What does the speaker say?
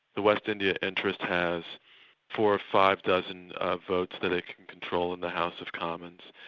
the west indian interest has four or five dozen votes that it can control in the house of commons.